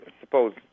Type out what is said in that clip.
suppose